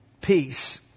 Peace